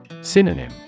Synonym